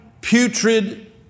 putrid